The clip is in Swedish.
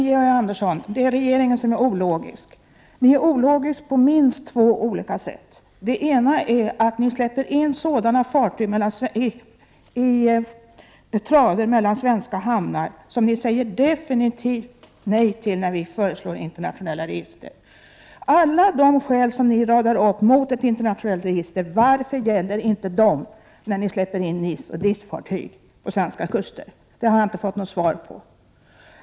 Herr talman! Nej, det är regeringen som är ologisk, och på minst två olika sätt. Det ena är att regeringen släpper in sådana fartyg i svenska hamnar som den säger definitivt nej till när vi föreslår internationella register. Varför gäller inte alla de skäl som ni radar upp mot ett internationellt register när ni släpper in NIS och DIS-fartyg på den svenska kusten? Jag har inte fått något svar på frågan.